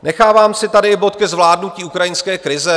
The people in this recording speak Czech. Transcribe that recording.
Nechávám si tady zvládnutí ukrajinské krize.